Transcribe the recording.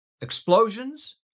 explosions